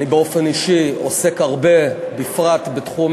אני באופן אישי עוסק הרבה בפרט בתחום